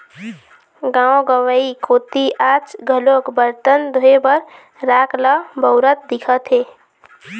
गाँव गंवई कोती आज घलोक बरतन धोए बर राख ल बउरत दिखथे